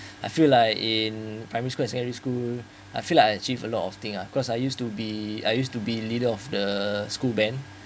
I feel like in primary school or secondary school I feel like I achieve a lot of thing uh cause I used to be I used to be leader of the school band